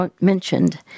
mentioned